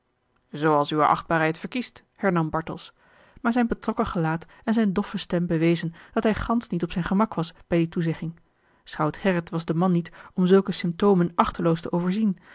zooals uwe achtbaarheid verkiest hernam bartels maar zijn betrokken gelaat en zijne doffe stem bewezen dat hij gansch niet op zijn gemak was bij die toezegging schout gerrit was de man niet om zulke symptomen achteloos te overzien